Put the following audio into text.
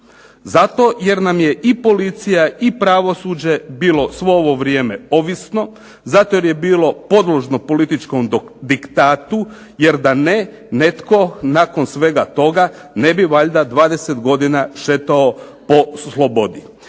zato jer nam je i policija i pravosuđe bilo svo ovo vrijeme ovisno, zato jer je bilo podložno političkom diktatu jer da ne netko nakon svega toga ne bi valjda 20 godina šetao po slobodi.